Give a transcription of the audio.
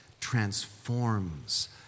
transforms